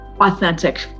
authentic